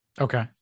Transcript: okay